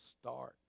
start